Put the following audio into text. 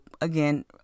again